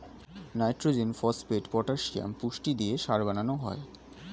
nitrogen, phosphate, potassium পুষ্টি দিয়ে সার বানানো হয়